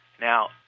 Now